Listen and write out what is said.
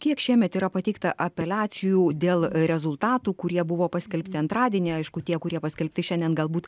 kiek šiemet yra pateikta apeliacijų dėl rezultatų kurie buvo paskelbti antradienį aišku tie kurie paskelbti šiandien galbūt